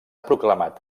proclamat